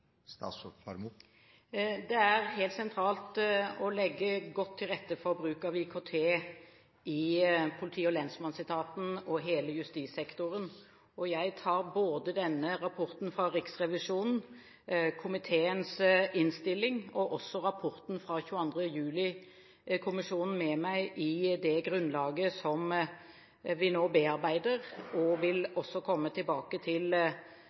Det er helt sentralt å legge godt til rette for bruk av IKT i politi- og lensmannsetaten – i hele justissektoren. Jeg tar både rapporten fra Riksrevisjonen, komiteens innstilling og rapporten fra 22. juli-kommisjonen med meg i det grunnlaget som vi nå bearbeider. Jeg vil komme tilbake til